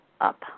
up